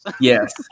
Yes